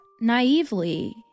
naively